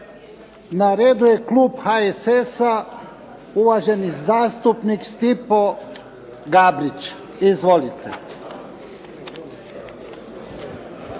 na redu je klub HSS-a uvaženi zastupnik Stipo Gabrić. Izvolite.